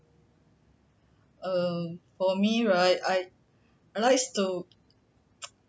err for me right I I like to